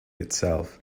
itself